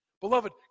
Beloved